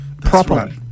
properly